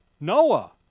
Noah